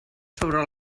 sobre